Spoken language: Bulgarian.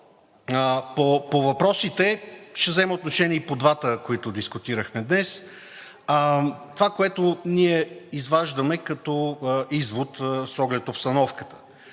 По въпросите – ще взема отношение и по двата, които дискутирахме днес. Това, което ние изваждаме като извод с оглед обстановката.